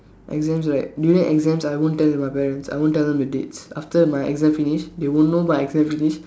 exams right during exams I won't tell my parents I won't tell them the dates after my exam finish they will know my exam finish